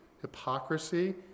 hypocrisy